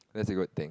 that's a good thing